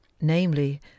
namely